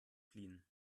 fliehen